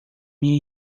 minha